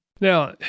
Now